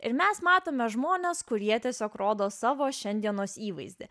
ir mes matome žmones kurie tiesiog rodo savo šiandienos įvaizdį